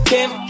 Kim